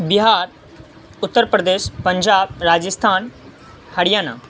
Bihar Uttar Pradesh Punjab Rajasthan Haryana